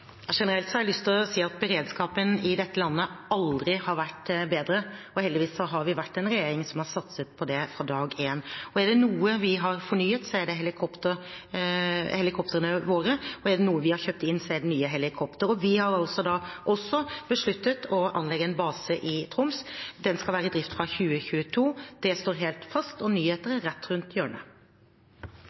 Generelt har jeg lyst til å si at beredskapen i dette landet aldri har vært bedre, og heldigvis har vi vært en regjering som har satset på det fra dag én. Er det noe vi har fornyet, så er det helikoptrene våre, og er det noe vi har kjøpt inn, så er det nye helikoptre. Vi har altså også besluttet å anlegge en base i Troms. Den skal være i drift fra 2022. Det står helt fast, og nyheter er rett rundt hjørnet.